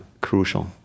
crucial